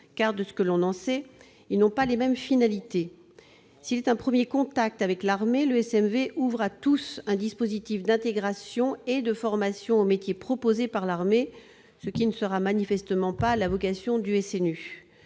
de ce que l'on en sait, ils n'ont pas les mêmes finalités. S'il est un premier contact avec l'armée, le SMV ouvre à tous un dispositif d'intégration et de formation aux métiers proposés par l'armée, ce qui ne sera manifestement pas la vocation du SNU.